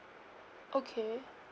okay